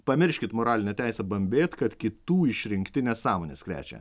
pamirškit moralinę teisę bambėt kad kitų išrinkti nesąmones krečia